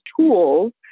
tools